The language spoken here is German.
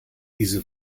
diese